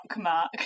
mark